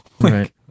Right